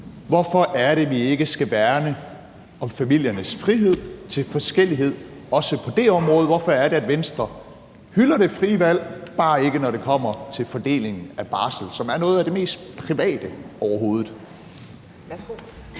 Hvorfor er det, vi ikke skal værne om familiernes frihed til forskellighed også på det område? Hvorfor er det, at Venstre hylder det frie valg – bare ikke når det kommer til fordeling af barsel, som er noget af det mest private overhovedet?